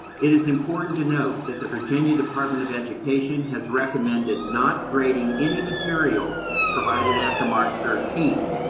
it is important to note that the virginia department of education has recommended not grading any material provided after march thirteenth.